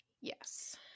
yes